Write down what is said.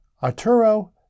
Arturo